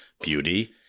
beauty